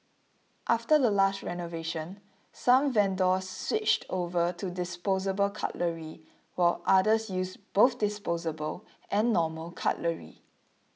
after the last renovation some vendors switched over to disposable cutlery while others use both disposable and normal cutlery